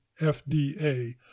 fda